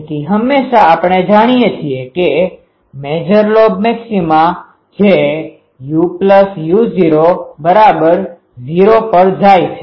તેથી હંમેશાં આપણે જાણીએ છીએ કે મેજર લોબ મેક્સિમાmaximaમહત્તમ જે uu૦૦ પર થાય છે